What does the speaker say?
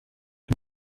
und